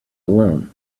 alone